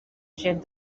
gent